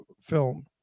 film